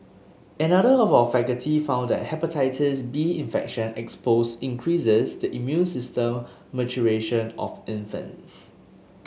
another of our faculty found that Hepatitis B infection exposure increases the immune system maturation of infants